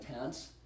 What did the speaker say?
tense